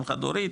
אם חד הורית